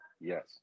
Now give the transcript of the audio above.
yes